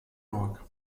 york